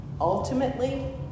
ultimately